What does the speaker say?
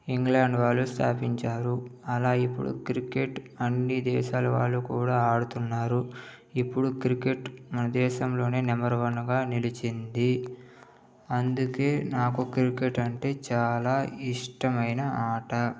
England వాళ్లు స్థాపించారు అలా ఇప్పుడు క్రికెట్ అన్ని దేశాల వాళ్లు కూడా ఆడుతున్నారు ఇప్పుడు క్రికెట్ మన దేశంలోనే నంబర్ వన్గా నిలిచింది అందుకే నాకు క్రికెట్ అంటే చాలా ఇష్టమైన ఆట